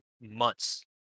months